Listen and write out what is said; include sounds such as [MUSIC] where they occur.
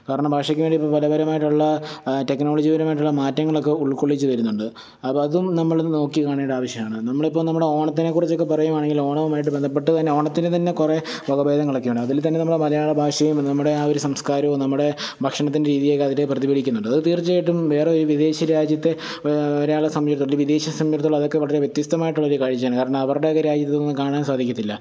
കാരണം ഭാഷയ്ക്ക് വേണ്ടി ഇപ്പോൾ പലതരമായിട്ടുള്ള ടെക്നോളജി പരമായിട്ടുള്ള മാറ്റങ്ങളൊക്കെ ഉൾക്കൊള്ളിച്ചു വരുന്നുണ്ട് അപ്പോൾ അതും നമ്മൾ നോക്കി കാണേണ്ട ആവശ്യമാണ് നമ്മൾ ഇപ്പോൾ നമ്മളെ ഓണത്തിനെ കുറിച്ചൊക്കെ പറയുകയാണെങ്കിൽ ഓണവുമായിട്ട് ബന്ധപ്പെട്ട് തന്നെ ഓണത്തിന് തന്നെ കുറെ വകഭേദങ്ങളൊക്കെയുണ്ട് അതിൽ തന്നെ നമ്മളെ മലയാള ഭാഷയും നമ്മുടെ ആ ഒരു സംസ്കാരവും നമ്മുടെ ഭക്ഷണത്തിൻ്റെ രീതിയൊക്കെ അതിൽ പ്രതിഫലിക്കുന്നുണ്ട് അത് തീർച്ചയായിട്ടും വെറെ ഒരു വിദേശ രാജ്യത്തെ ഒരാളെ [UNINTELLIGIBLE] വിദേശ സംയുക്ത അതൊക്കെ വളരെ വ്യത്യസ്തമായിട്ട്ള്ള ഒരു കാഴ്ചയാണ് കാരണം അവരുടെയൊക്കെ ആ ഒരു ഇതൊന്നും കാണാൻ സാധിക്കത്തില്ല